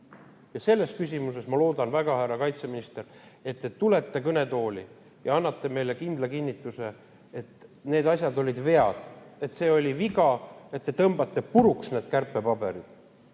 Ja selles küsimuses ma loodan väga, härra kaitseminister, et te tulete kõnetooli ja annate meile kindla kinnituse, et need asjad olid vead, et see oli viga, et te tõmbate puruks need kärpepaberid